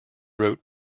wrote